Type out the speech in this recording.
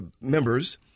members